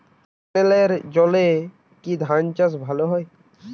ক্যেনেলের জলে কি ধানচাষ ভালো হয়?